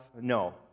No